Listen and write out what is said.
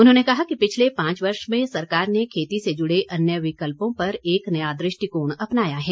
उन्होंने कहा कि पिछले पांच वर्ष में सरकार ने खेती से जुड़े अन्य विकल्पों पर एक नया दृष्टिकोण अपनाया है